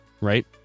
right